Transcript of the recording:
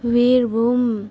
Birbhum